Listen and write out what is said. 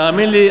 תאמין לי,